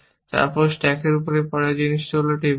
তারপর স্ট্যাকের উপরে পরের জিনিসটি হল টেবিলে b